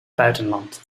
buitenland